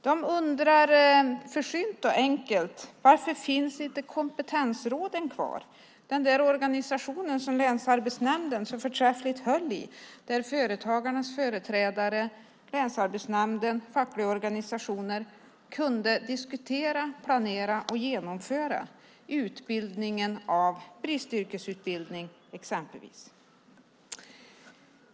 De undrar försynt och enkelt varför inte kompetensråden finns kvar - den där organisationen som länsarbetsnämnden så förträffligt höll i och där företagarnas företrädare, länsarbetsnämnden och fackliga organisationer kunde diskutera, planera och genomföra exempelvis utbildning till bristyrken.